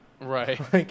Right